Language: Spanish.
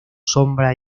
sombra